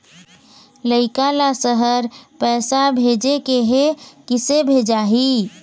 लइका ला शहर पैसा भेजें के हे, किसे भेजाही